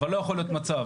אבל לא יכול להיות מצב